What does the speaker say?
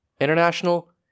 international